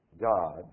God